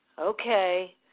Okay